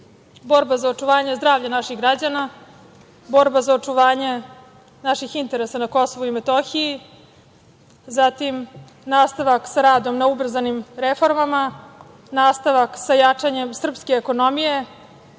borba za očuvanja zdravlja naših građana, borba za očuvanje naših interesa na KiM, zatim, nastavak sa radom na ubrzanim reformama, nastavak sa jačanjem srpske ekonomije,